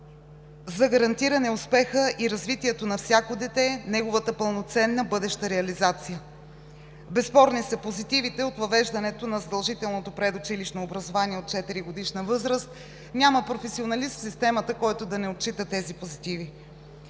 за гарантиране успеха и развитието на всяко дете, неговата пълноценна бъдеща реализация. Безспорни са позитивите от въвеждането на задължителното предучилищно образование от 4-годишна възраст. Няма професионалист в системата, който да не отчита тези позитиви.